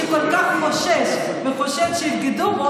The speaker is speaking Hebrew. שכל כך חושש וחושד שיבגדו בו,